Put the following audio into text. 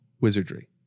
wizardry